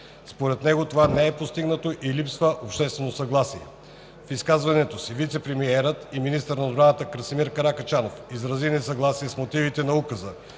Според него това не е постигнато и липсва обществено съгласие. В изказването си вицепремиерът и министър на отбраната Красимир Каракачанов изрази несъгласие с мотивите на Указа,